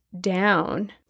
down